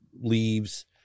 leaves